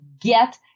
get